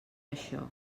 això